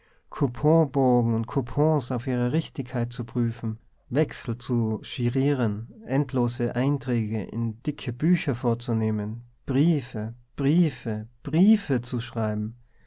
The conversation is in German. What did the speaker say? auf ihre richtigkeit zu prüfen wechsel zu girieren endlose einträge in dicke bücher vorzunehmen briefe briefe briefe zu schreiben